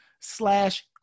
slash